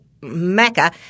Mecca